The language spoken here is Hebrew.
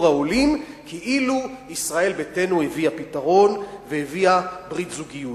העולים כאילו ישראל ביתנו הביאה פתרון והביאה ברית זוגיות.